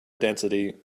density